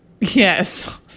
Yes